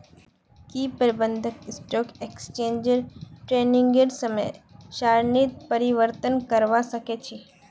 की प्रबंधक stock exchange ट्रेडिंगेर समय सारणीत परिवर्तन करवा सके छी